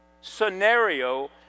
scenario